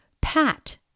Pat